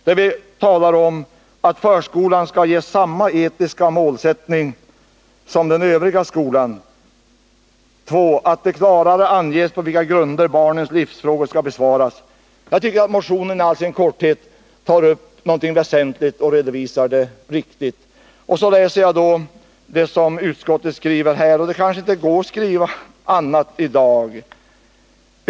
Där talar vi, för det första, för att förskolan ges samma etiska målsättning som den övriga skolan, för det andra för att det klarare anges på vilka grunder barnens livsfrågor skall besvaras. Jag tycker att motionen i all sin korthet tar upp någonting väsentligt och redovisar det riktigt. Så läser jag vad utskottet skriver, och det går kanske inte att skriva annat i dag.